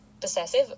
possessive